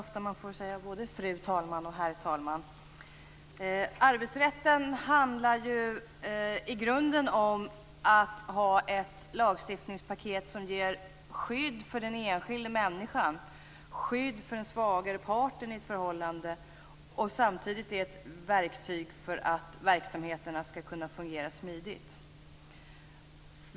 Fru talman! Arbetsrätten handlar i grunden om att ha ett lagstiftningspaket som ger den enskilda människan skydd, som ger den svagare parten i ett förhållande skydd, samtidigt som det är ett verktyg för att verksamheterna skall kunna fungera smidigt.